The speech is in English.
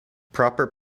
proper